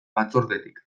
batzordetik